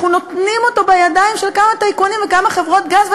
אנחנו נותנים אותו בידיים של כמה טייקונים וכמה חברות גז,